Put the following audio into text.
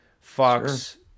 fox